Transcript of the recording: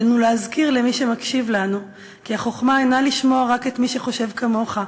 עלינו להזכיר למי שמקשיב לנו כי החוכמה אינה לשמוע רק את מי שחושב כמוך,